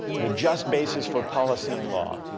the just basis for policy and law,